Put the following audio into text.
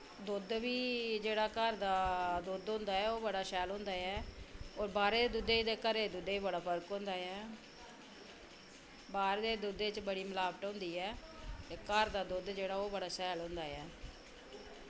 दुद्ध बी जेह्ड़ा घर दा दुद्ध होंदा ऐ ओह् बड़ा शैल होंदा ऐ होर बाह्रै दे दुद्धै ई ते घर दे दुद्धै ई बड़ा फर्क होंदा ऐ बाहर दे दुद्धै ई बड़ी मलावट होंदी ऐ ते घर दा दुद्ध जेह्ड़ा ओह् बड़ा शैल होंदा ऐ